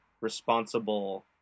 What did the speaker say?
responsible